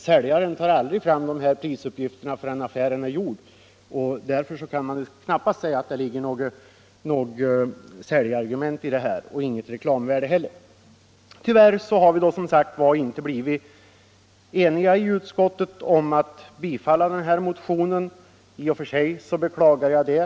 Säljaren tar inte fram de prisuppgifterna förrän affären är gjord, därför kan man inte säga att dessa prislistor används som säljargument eller har något reklamvärde. Tyvärr har vi i utskottet inte blivit eniga om ett bifall till motionen. I och för sig beklagar jag det.